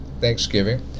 Thanksgiving